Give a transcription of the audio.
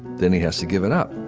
then he has to give it up.